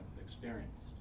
experienced